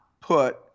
put